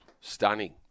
stunning